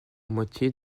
moitié